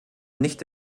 nicht